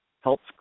helps